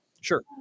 Sure